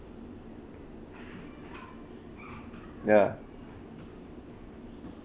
ya